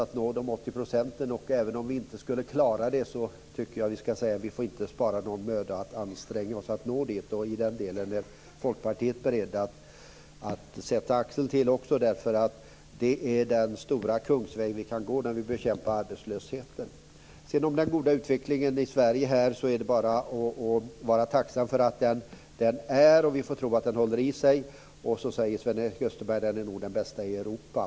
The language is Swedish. Det är viktigt att nå de 80 %. Även om vi inte skulle klara det tycker jag att vi ska säga att vi inte får spara någon möda för att anstränga oss att nå dit. I den delen är vi i Folkpartiet beredda att sätta axeln till. Det är den stora kungsväg vi kan gå när vi bekämpar arbetslösheten. När det gäller den goda utvecklingen i Sverige är det bara att vara tacksam för att den är. Vi får tro att den håller i sig. Sedan säger Sven-Erik Österberg att den nog är den bästa i Europa.